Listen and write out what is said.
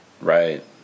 Right